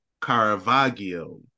Caravaggio